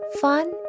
fun